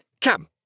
Come